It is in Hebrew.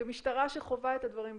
כמשטרה שחווה את הדברים בשטח.